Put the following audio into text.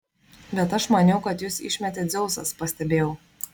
bet aš maniau kad jus išmetė dzeusas pastebėjau